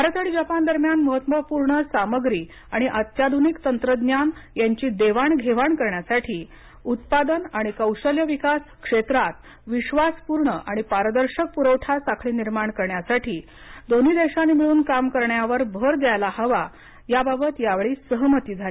भारत आणि जपान दरम्यान महत्वपूर्ण सामग्री आणि अत्याधूनिक तंत्रज्ञान यांची देवाणघेवाण करण्यासाठी उत्पादन आणि कौशल्य विकास क्षेत्रात विश्वासपूर्ण आणि पारदर्शक पुरवठा साखळी निर्माण करण्यासाठी दोन्ही देशांनी मिळून काम करण्यावर भर द्यायला हवा याबाबत यावेळी सहमती झाली